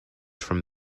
from